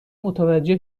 متوجه